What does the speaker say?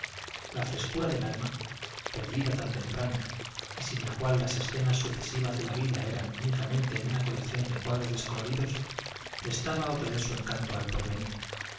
la frescura de alma perdida tan temprano y sin la cual las escenas sucesivas de la vida eran únicamente una colección de cuadros descoloridos prestaba otra vez su encanto al porvenir